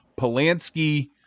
polanski